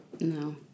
No